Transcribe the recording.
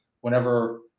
whenever